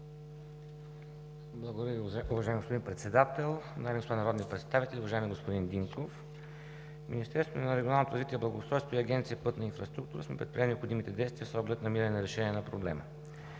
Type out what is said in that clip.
Благодаря Ви, уважаеми господин Председател. Дами и господа народни представители! Уважаеми господин Динков, Министерството на регионалното развитие и благоустройството и Агенция „Пътна инфраструктура“ сме предприели необходимите действия, с оглед намиране решение на проблема.